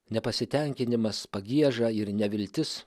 nepasitenkinimas pagieža ir neviltis